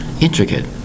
intricate